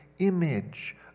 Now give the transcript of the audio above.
image